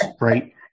right